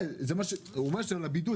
ימי הבידוד,